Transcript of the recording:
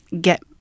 get